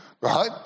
right